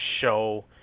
show